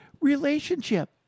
relationship